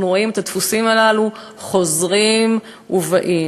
אנחנו רואים את הדפוסים הללו חוזרים ובאים,